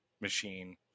machine